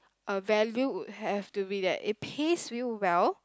uh value would have to be that it pays you well